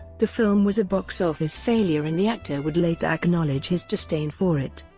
the film was a box office failure and the actor would later acknowledge his disdain for it.